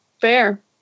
fair